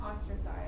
ostracized